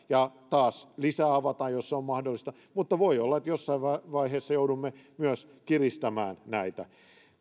ja taas lisää avataan jos se on mahdollista mutta voi olla että jossain vaiheessa joudumme myös kiristämään näitä